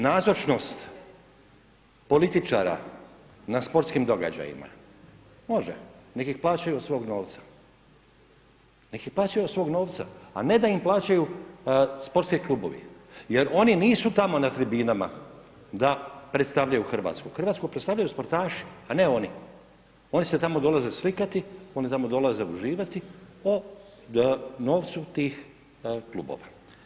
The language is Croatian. Nazočnost političara na sportskim događajima, može, nek ih plaćaju od svog novca, nek ih plaćaju od svog novca, a ne da im plaćaju sportski klubovi jer oni nisu tamo na tribinama tamo da predstavljaju Hrvatsku, Hrvatsku predstavljaju sportaši, a ne oni, oni se tamo dolaze slikati, oni tamo dolaze uživati, a da …/nerazumljivo/… tih klubova.